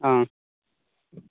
ꯑꯥ